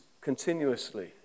continuously